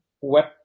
web